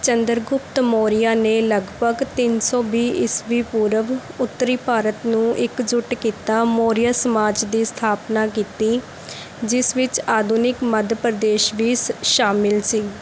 ਚੰਦਰਗੁਪਤ ਮੌਰੀਆ ਨੇ ਲਗਭਗ ਤਿੰਨ ਸੌ ਵੀਹ ਈਸਵੀ ਪੂਰਵ ਉੱਤਰੀ ਭਾਰਤ ਨੂੰ ਇਕਜੁੱਟ ਕੀਤਾ ਮੌਰੀਆ ਸਮਾਜ ਦੀ ਸਥਾਪਨਾ ਕੀਤੀ ਜਿਸ ਵਿੱਚ ਆਧੁਨਿਕ ਮੱਧ ਪ੍ਰਦੇਸ਼ ਵੀ ਸ ਸ਼ਾਮਿਲ ਸੀ